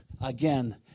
again